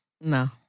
No